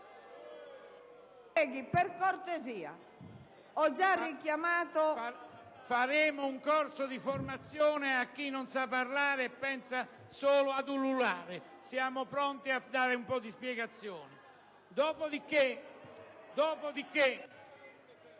*(IdV)*. Faremo un corso di formazione a chi non sa parlare e pensa solo ad ululare. Siamo pronti a dare un po' di spiegazioni. Dopodiché...